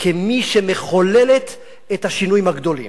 כמי שמחוללת את השינויים הגדולים.